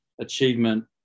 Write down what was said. achievement